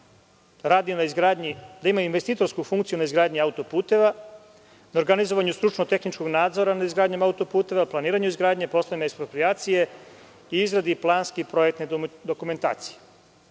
radi na izgradnji, da ima investitorsku funkciju na izgradnji auto-puteva, na organizovanju stručno-tehničkog nadzora nad izgradnjom auto-puteva, planiranju izgradnje, poslovne eksproprijacije, izradi planske i projektne dokumentacije. Inače,